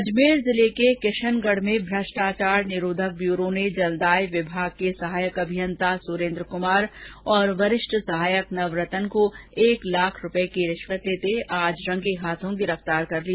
अजमेर जिले के किशनगढ में भ्रष्टाचार निाोधक ब्यूरो ने जलदाय विभाग के सहायक अभियंता सुरेन्द्र क्मार और वरिष्ठ सहायक नवरतन को एक लाख रूपए की रिश्वत लेते आज रंगे हाथों गिरफतार किया